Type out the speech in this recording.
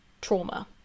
trauma